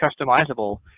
customizable